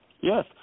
Yes